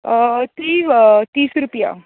त्रीव तीस रुपया